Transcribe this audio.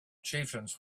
chieftains